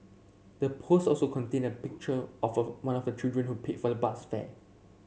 the post also contained a picture of of one of the children who paid for the bus fare